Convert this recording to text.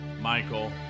Michael